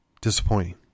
disappointing